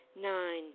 nine